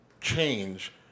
Change